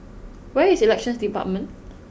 where is Elections Department